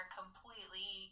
completely